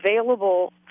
available